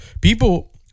People